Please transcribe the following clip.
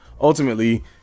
ultimately